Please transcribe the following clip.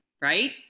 right